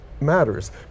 matters